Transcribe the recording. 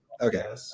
Okay